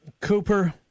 Cooper